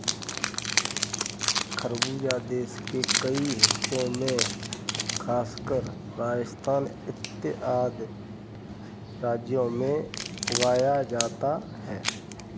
खरबूजा देश के कई हिस्सों में खासकर राजस्थान इत्यादि राज्यों में उगाया जाता है